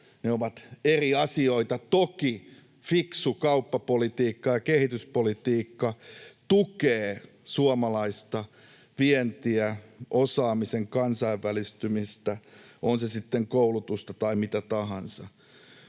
Ne ovat eri asioita, toki fiksu kauppapolitiikka ja kehityspolitiikka tukevat suomalaista vientiä, osaamisen kansainvälistymistä — on se sitten koulutusta tai mitä tahansa.